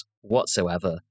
whatsoever